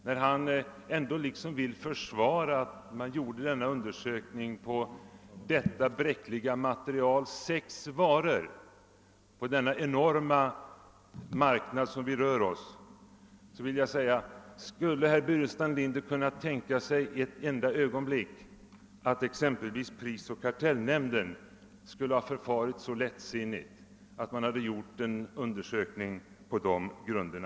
När herr Burenstam Linder här försvarar att den undersökning vi nu talar om gjordes på ett så bräckligt material som sex varor i hela den marknad vi rör oss på, så vill jag fråga om herr Burenstam Linder ett enda ögonblick kan tänka sig att exempelvis prisoch kartellnämnden kunde förfara så lättvindigt, att man gjorde en undersökning på sådana grunder?